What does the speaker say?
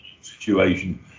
situation